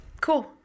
Cool